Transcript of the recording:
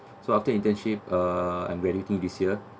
so after internship uh I'm ready to this year